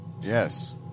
Yes